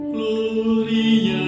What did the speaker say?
Glory